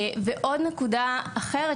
ועוד נקודה אחרת,